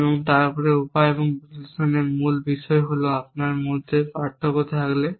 এবং তারপরে উপায় এবং বিশ্লেষণের মূল বিষয় হল আপনার মধ্যে পার্থক্য থাকলে